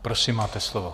Prosím, máte slovo.